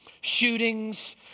shootings